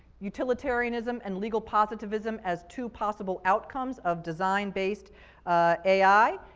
utilitarianism and legal positivism as two possible outcomes of design-based ai,